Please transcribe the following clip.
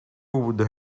would